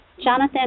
Jonathan